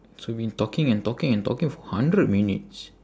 so been talking and talking and talking for hundred minutes